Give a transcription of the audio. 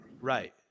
right